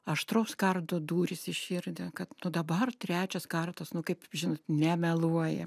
aštraus kardo dūris į širdį kad nu dabar trečias kartas nu kaip žinot nemeluoja